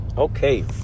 Okay